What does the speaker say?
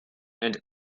and